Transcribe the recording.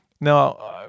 Now